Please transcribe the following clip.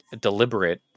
deliberate